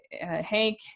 Hank